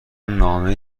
نامه